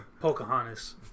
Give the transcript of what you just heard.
Pocahontas